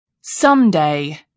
someday